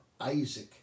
Isaac